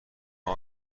ایا